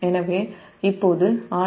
எனவே இப்போது 1000 MJ